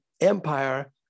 empire